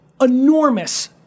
enormous